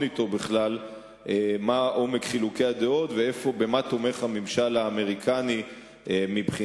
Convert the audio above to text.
אתו בכלל מה עומק חילוקי הדעות ובמה תומך הממשל האמריקני מבחינת